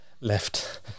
left